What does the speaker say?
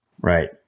Right